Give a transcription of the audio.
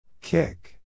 Kick